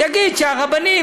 הוא יגיד שהרבנים,